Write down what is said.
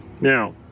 Now